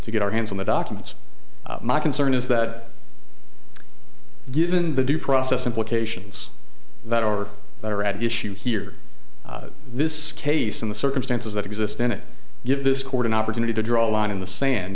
get our hands on the documents my concern is that given the due process implications that our that are at issue here in this case and the circumstances that exist in it give this court an opportunity to draw a line in the sand